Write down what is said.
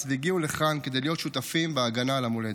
והגיעו לכאן כדי להיות שותפים בהגנה על המולדת.